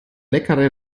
leckere